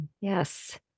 Yes